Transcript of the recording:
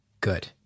Good